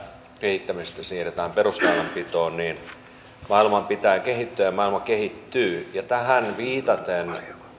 kehittämisestä siirretään perusväylänpitoon niin maailman pitää kehittyä ja maailma kehittyy tähän viitaten